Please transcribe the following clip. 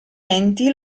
enti